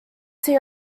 see